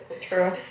True